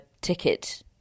ticket